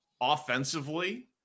offensively